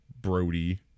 Brody